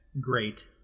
great